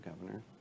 governor